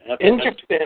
Interesting